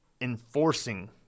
enforcing